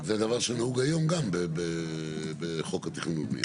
זה דבר שנהוג היום גם בחוק התכנון ובנייה.